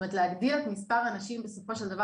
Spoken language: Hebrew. זאת אומרת להגדיר את מספר הנשים בסופו של דבר